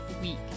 week